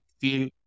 feel